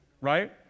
right